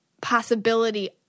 possibility